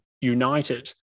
united